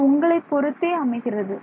இது உங்களை பொறுத்து அமைகிறது